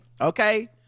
okay